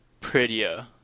prettier